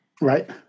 Right